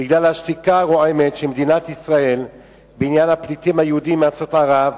בגלל השתיקה הרועמת של מדינת ישראל בעניין הפליטים היהודים מארצות ערב,